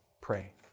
pray